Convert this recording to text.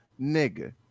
nigga